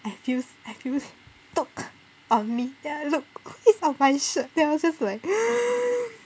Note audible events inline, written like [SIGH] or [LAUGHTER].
I feel I feel [NOISE] on me then I look it was on my shirt then I was just like [NOISE]